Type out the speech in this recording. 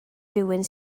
rywun